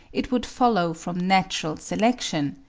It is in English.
it would follow from natural selection,